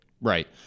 Right